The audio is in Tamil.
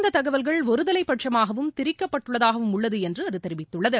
இந்ததகவல்கள் ஒருதவைபட்சமாகவும் திரிக்கப்பட்டுள்ளதாகவும் உள்ளதுஎன்றுஅதுதெரிவித்துள்ளது